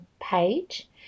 page